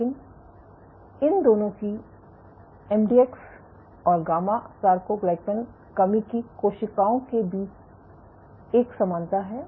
लेकिन इन दोनों की एमडीएक्स और गामा सार्कोग्लाइकन कमी की कोशिकाओं के बीच एक समानता है